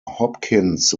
hopkins